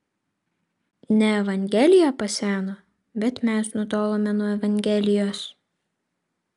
ne evangelija paseno bet mes nutolome nuo evangelijos